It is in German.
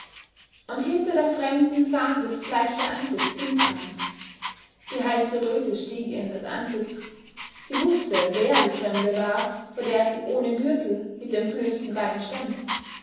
und hinter der fremden sah sie das bleiche antlitz sintrams die heiße röte stieg ihr in das antlitz sie wußte wer die fremde war vor der sie ohne gürtel mit entblößtem bein stand